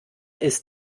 ist